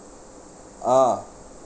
a'ah